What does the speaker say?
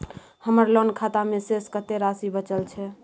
हमर लोन खाता मे शेस कत्ते राशि बचल छै?